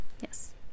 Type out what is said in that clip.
Yes